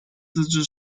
自治